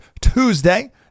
Tuesday